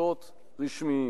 וסודות רשמיים".